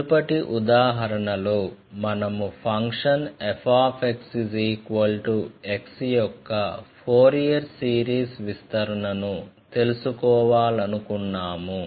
మునుపటి ఉదాహరణలో మనము ఫంక్షన్ fx x యొక్క ఫోరియర్ సిరీస్ విస్తరణను తెలుసుకోవాలనుకున్నాము